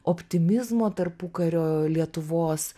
optimizmo tarpukario lietuvos